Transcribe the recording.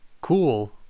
cool